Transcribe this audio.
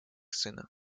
сына